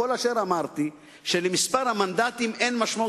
כל אשר אמרתי הוא שלמספר המנדטים אין משמעות,